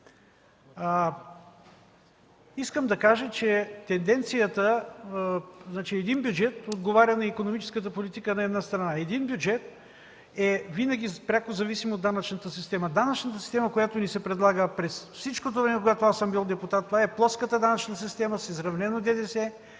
Искам да кажа, че един бюджет отговаря на икономическата политика на една страна. Един бюджет е винаги пряко зависим от данъчната система. Данъчната система, която ни се предлага през всичкото време, когато аз съм бил депутат, това е плоската данъчна система с изравнено ДДС,